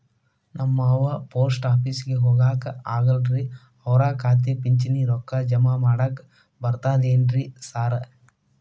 ನಮ್ ಅವ್ವ ಪೋಸ್ಟ್ ಆಫೇಸಿಗೆ ಹೋಗಾಕ ಆಗಲ್ರಿ ಅವ್ರ್ ಖಾತೆಗೆ ಪಿಂಚಣಿ ರೊಕ್ಕ ಜಮಾ ಮಾಡಾಕ ಬರ್ತಾದೇನ್ರಿ ಸಾರ್?